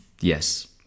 Yes